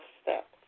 steps